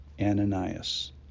Ananias